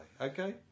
Okay